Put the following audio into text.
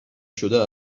شده